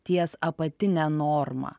ties apatine norma